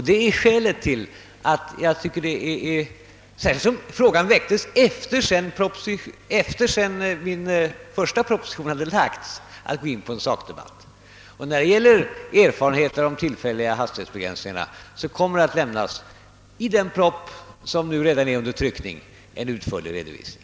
Detta i förening med att frågan väcktes efter det att jag lagt fram min första proposition är skälet till att jag inte vill gå in på en sakdebatt. När det gäller erfarenheterna av de tillfälliga hastighetsbegränsningarna kommer de att utförligt redovisas i den proposition som redan är under tryckning.